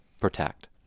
protect